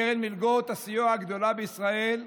קרן מלגות הסיוע הגדולה בישראל,